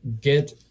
get